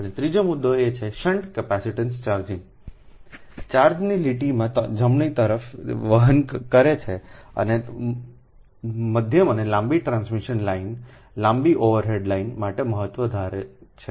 અને ત્રીજો મુદ્દો એ છે કે શન્ટ કેપેસિટેન્સ ચાર્જિંગ ચાર્જને લીટીમાં જમણી તરફ વહન કરે છે અને મધ્યમ અને લાંબી ટ્રાન્સમિશન લાઇન લાંબી ઓવરહેડ લાઇન માટે મહત્વ ધારે છે